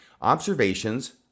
Observations